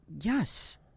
Yes